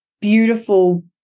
beautiful